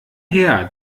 her